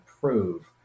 prove